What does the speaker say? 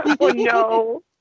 no